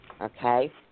Okay